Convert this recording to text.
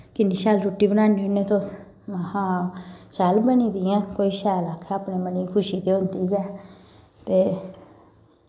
किन्नी सैल रुट्टी बनान्ने होन्ने तुस महां हां शैल बनी दी ऐ कोई शैल आक्खै अपनै मनै च खुशी ते होंदी गै ते